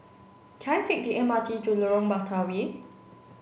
can I take the M R T to Lorong Batawi